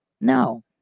No